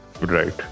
Right